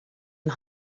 and